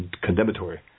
condemnatory